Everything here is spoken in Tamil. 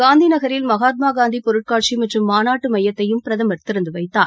காந்திநகரில் மகாத்மா காந்தி பொருட்காட்சி மற்றும் மாநாட்டு மையத்தையும் பிரதமர் திறந்து வைத்தார்